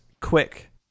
quick